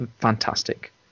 fantastic